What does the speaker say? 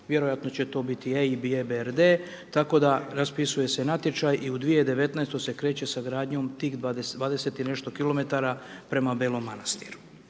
vjerojatno će to biti EBDR, tako da raspisuje se natječaj i u 2019.-toj se kreće sa gradnjom tih 20 i nešto km prema Belom Manastiru.